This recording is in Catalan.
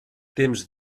temps